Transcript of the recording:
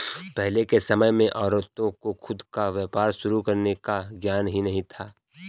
पहले के समय में औरतों को खुद का व्यापार शुरू करने का ज्ञान ही नहीं था